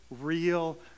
real